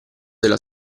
della